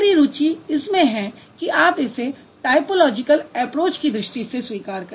मेरी रुचि इसमें है कि आप इसे टायपोलॉजिकल ऐप्रोच की दृष्टि से स्वीकार करें